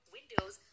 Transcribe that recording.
Windows